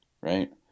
Right